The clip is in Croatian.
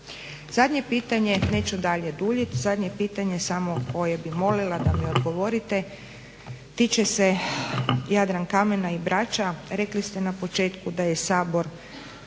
Zadnje pitanje, neću dalje duljiti, zadnje pitanje samo koje bi molila da mi odgovorite, tiče se Jadrankamena i Brača. Rekli ste na početku da je Sabor